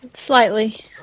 Slightly